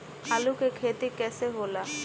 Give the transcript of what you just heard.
आलू के खेती कैसे होला?